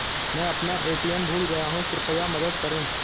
मैं अपना ए.टी.एम भूल गया हूँ, कृपया मदद करें